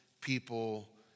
people